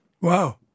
Wow